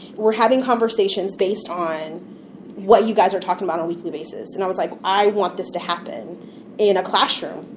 we're having conversations based on what you guys are talking about on a weekly basis. and i was like, i want this to happen in a classroom.